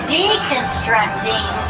deconstructing